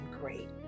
great